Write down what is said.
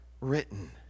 written